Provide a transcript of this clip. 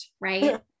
right